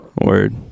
Word